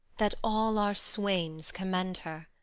that all our swains commend her?